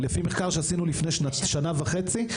לפי מחקר שעשינו לפני שנה וחצי.